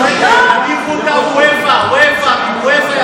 אם זו הסיבה אז אפשר לפגוע בבית"ר ירושלים?